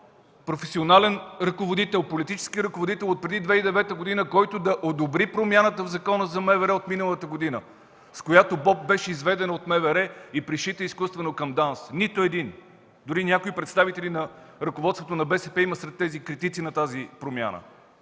Професионален ръководител, политически ръководител отпреди 2009 г., който да одобри промяната в Закона за МВР от миналата година, с която БОП беше изведена от МВР и пришита изкуствено към ДАНС! Нито един! Дори някои представители на ръководството на БСП има сред критиците на тази промяна!